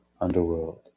underworld